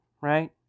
right